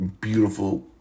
beautiful